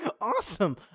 Awesome